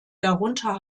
darunter